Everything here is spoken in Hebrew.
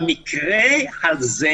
במקרה הזה,